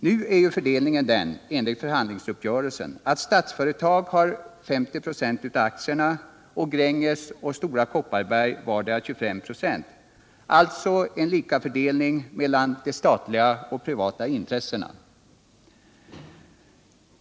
Nu är fördelningen enligt förhandlingsuppgörelsen den, att Statsföretag har 50 96 av aktierna, och Gränges och Stora Kopparberg har vardera 25 96, alltså en likafördelning mellan de statliga och de privata intressenterna.